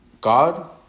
God